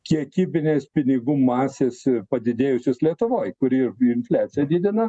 kiekybinės pinigų masės padidėjusios lietuvoj kuri infliaciją didina